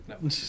no